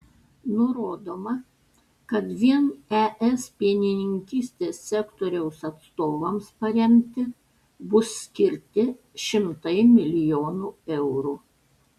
nurodoma kad vien es pienininkystės sektoriaus atstovams paremti bus skirti šimtai milijonų eurų